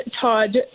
Todd